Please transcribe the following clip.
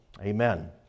Amen